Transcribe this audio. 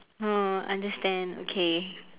oh understand okay